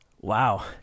Wow